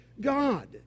God